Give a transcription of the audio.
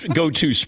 go-to